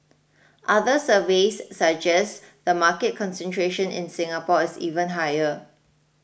other surveys suggest the market concentration in Singapore is even higher